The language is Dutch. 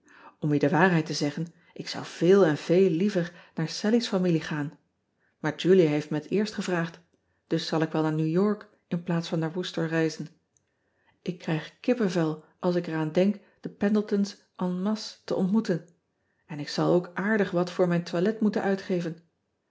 m je de waarheid te zeggen ik zou veel en veel liever naar allie s familie gaan maar ulia heeft me het eerst gevraagd dus zal ik wel naar ew ork inplaats van naar orcester reizen k krijg ean ebster adertje angbeen kippevel als ik er aan denk de endletons en masse te ontmoeten en ik zal ook aardig wat voor miju toilet moeten uitgeven